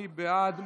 מי בעד?